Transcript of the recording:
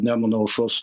nemuno aušros